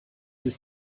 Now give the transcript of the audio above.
ist